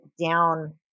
down